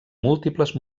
múltiples